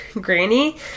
Granny